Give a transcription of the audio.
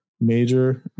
major